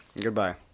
Goodbye